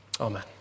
Amen